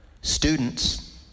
Students